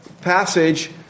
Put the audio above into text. passage